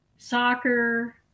Soccer